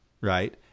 right